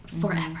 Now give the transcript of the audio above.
forever